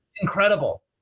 incredible